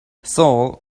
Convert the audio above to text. saul